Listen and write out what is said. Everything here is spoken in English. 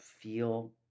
feel